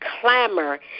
clamor